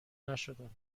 نشدم